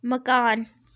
मकान